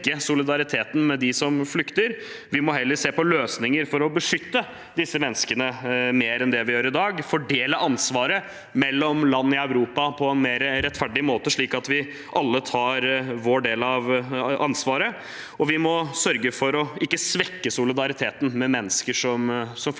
Vi må heller se på løsning er for å beskytte disse menneskene mer enn vi gjør i dag, og fordele ansvaret mellom landene i Europa på en mer rettferdig måte, slik at vi alle tar vår del av ansvaret. Vi må sørge for ikke å svekke solidariteten med mennesker som flykter